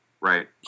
right